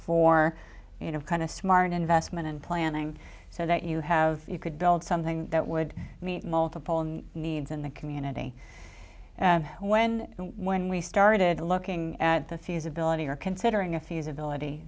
for you know kind of smart investment and planning so that you have you could build something that would meet multiple needs in the community when when we started looking at the feasibility or considering a feasibility